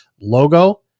logo